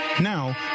Now